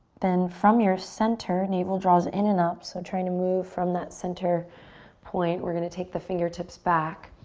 then from your center, navel draws in and up. so try and move from that center point, we're going to take the fingertips back.